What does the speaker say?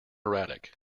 erratic